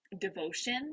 devotion